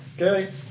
Okay